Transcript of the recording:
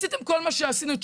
עשיתם כל מה שעשינו,